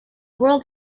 world